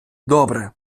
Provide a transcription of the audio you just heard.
добре